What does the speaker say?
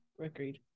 Agreed